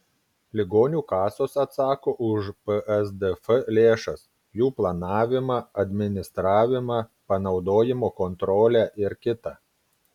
ligonių kasos atsako už psdf lėšas jų planavimą administravimą panaudojimo kontrolę ir kita